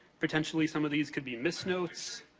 potentially some of these could be misnotes.